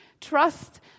Trust